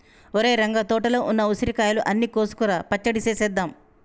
ఒరేయ్ రంగ తోటలో ఉన్న ఉసిరికాయలు అన్ని కోసుకురా పచ్చడి సేసేద్దాం